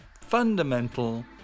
fundamental